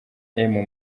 emu